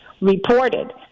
reported